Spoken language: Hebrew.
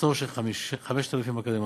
מחסור של 5,000 אקדמאים.